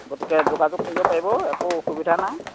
গতিকে যোগাযোগ কৰিব পাৰিব একো অসুবিধা নাই